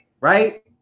right